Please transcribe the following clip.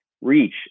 reach